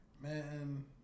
Man